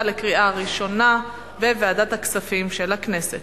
לקריאה ראשונה בוועדת הכספים של הכנסת.